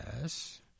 Yes